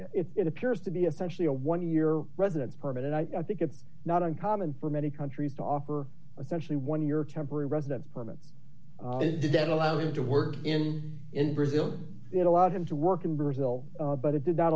but it appears to be essentially a one year residence permit and i think it's not uncommon for many countries to offer a century when your temporary residence permit didn't allow you to work in in brazil it allowed him to work in brazil but it did not